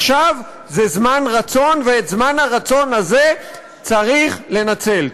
עכשיו זה זמן רצון, ואת זמן הרצון הזה צריך לנצל.